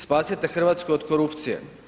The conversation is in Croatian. Spasite Hrvatsku od korupcije.